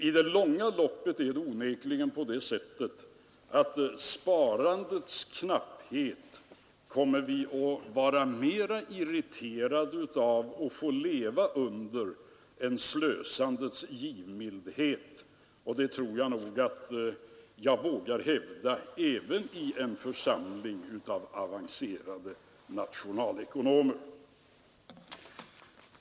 I det långa loppet är det onekligen på det sättet att vi kommer att vara mera irriterade av att få leva under sparandets knapphet än under slösandets givmildhet. Det tror jag att jag vågar hävda även i en församling av avancerade nationalekonomer.